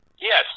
Yes